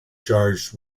charged